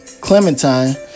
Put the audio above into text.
Clementine